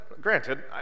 granted